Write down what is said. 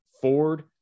Ford